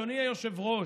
אדוני היושב-ראש,